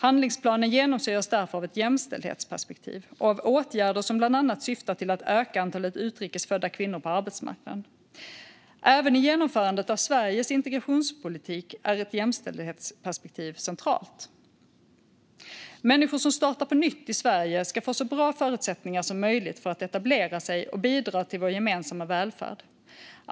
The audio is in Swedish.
Handlingsplanen genomsyras därför av ett jämställdhetsperspektiv och av åtgärder som bland annat syftar till att öka antalet utrikes födda kvinnor på arbetsmarknaden. Även i genomförandet av Sveriges integrationspolitik är ett jämställdhetsperspektiv centralt. Människor som startar på nytt i Sverige ska få så bra förutsättningar som möjligt för att etablera sig och bidra till vår gemensamma välfärd.